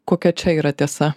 kokia čia yra tiesa